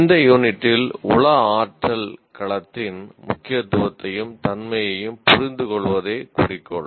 இந்த யூனிட்டில் உள ஆற்றல் களத்தின் முக்கியத்துவத்தையும் தன்மையையும் புரிந்துகொள்வதே குறிக்கோள்